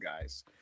guys